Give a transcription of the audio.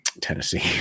Tennessee